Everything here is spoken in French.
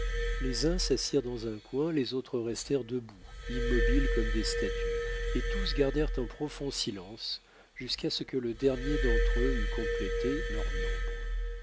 les uns s'assirent dans un coin les autres restèrent debout immobiles comme des statues et tous gardèrent un profond silence jusqu'à ce que le dernier d'entre eux eût complété leur nombre